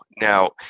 now